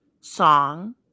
song